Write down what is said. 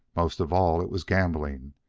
most of all, it was gambling,